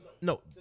No